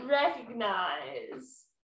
recognize